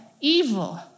evil